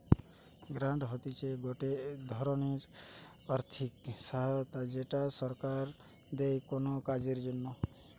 grant হতিছে গটে ধরণের আর্থিক সহায়তা যেটা সরকার দেয় কোনো কাজের জন্যে